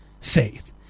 faith